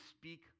speak